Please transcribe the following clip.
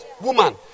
woman